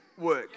work